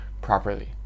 properly